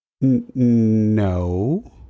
no